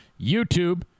YouTube